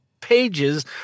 pages